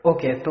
Okay